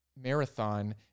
marathon